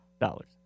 dollars